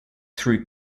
through